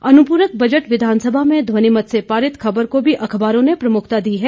अनुपूरक बजट विधानसभा में ध्वनिमत से पारित खबर को भी अखबारों ने प्रमुखता दी है